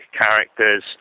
characters